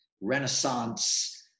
Renaissance